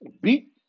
beat